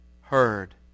heard